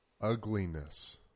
ugliness